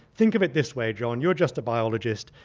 think of it this way, john. you're just a biologist,